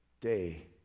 day